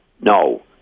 No